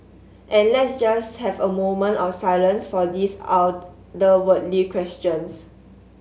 and let's just have a moment of silence for these otherworldly questions